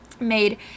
Made